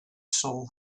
soul